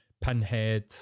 Pinhead